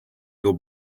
your